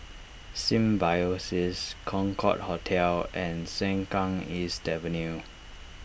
Symbiosis Concorde Hotel and Sengkang East Avenue